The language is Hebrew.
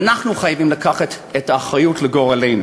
ואנחנו חייבים לקחת את האחריות לגורלנו.